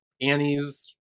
Annie's